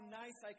nice